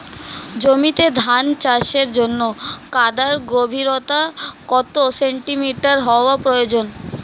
জমিতে ধান চাষের জন্য কাদার গভীরতা কত সেন্টিমিটার হওয়া প্রয়োজন?